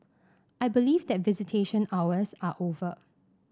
I believe that visitation hours are over